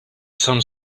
some